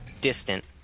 distant